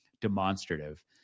demonstrative